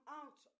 out